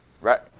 right